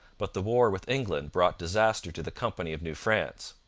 but the war with england brought disaster to the company of new france.